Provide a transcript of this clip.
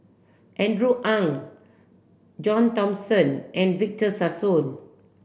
Andrew Ang John Thomson and Victor Sassoon